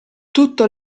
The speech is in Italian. tutto